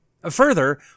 Further